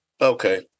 Okay